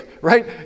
right